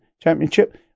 Championship